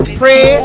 pray